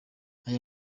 aya